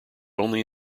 only